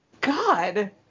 God